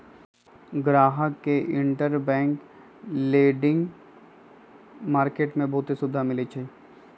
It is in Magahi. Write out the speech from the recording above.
गाहक के इंटरबैंक लेडिंग मार्किट में बहुते सुविधा मिलई छई